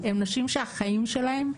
הן נשים שהחיים שלהם,